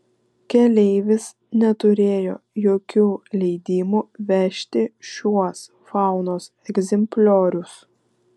keleivis neturėjo jokių leidimų vežti šiuos faunos egzempliorius